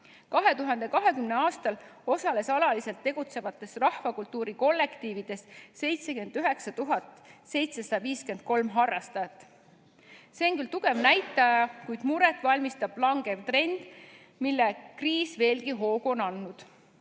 2020. aastal osales alaliselt tegutsevates rahvakultuuri kollektiivides 79 753 harrastajat. See on küll suur näitaja, kuid muret valmistab langev trend, millele kriis on veelgi hoogu andnud.